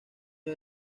era